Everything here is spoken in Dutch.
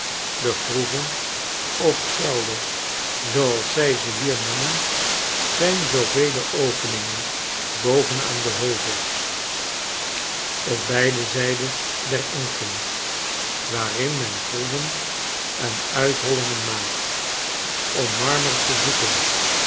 de groeven of kelders zooals zij ze hier noemen zijn zoovele openingen boven aan de heuvels op beide zij den dezer engten waarin men groeven en uithollingen maakt om manner te zoeken